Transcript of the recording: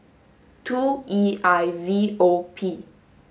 two E I V O P